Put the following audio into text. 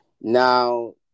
Now